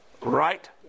Right